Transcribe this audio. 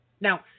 now